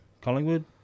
Collingwood